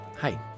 Hi